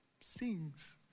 sings